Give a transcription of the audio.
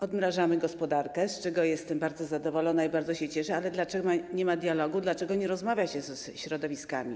Odmrażamy gospodarkę, z czego jestem bardzo zadowolona, bardzo się z tego cieszę, ale dlaczego nie ma dialogu, dlaczego nie rozmawia się ze środowiskami.